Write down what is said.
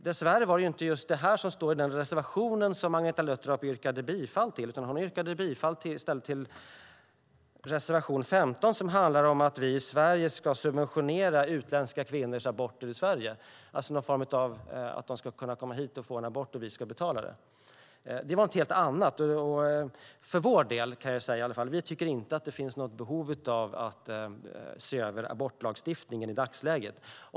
Dess värre är det inte just det här som står i den reservation som Agneta Luttropp yrkade bifall till, utan hon yrkade i stället bifall till reservation 15 som handlar om att vi i Sverige ska subventionera utländska kvinnors aborter i Sverige, alltså att de ska kunna komma hit och få en abort och vi ska betala. Det är något helt annat. Vi tycker inte att det finns något behov av att se över abortlagstiftningen i dagsläget.